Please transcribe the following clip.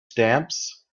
stamps